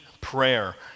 prayer